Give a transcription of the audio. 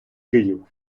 київ